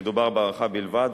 מדובר בהערכה בלבד,